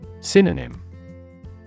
Synonym